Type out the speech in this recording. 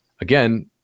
again